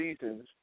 seasons